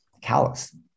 callous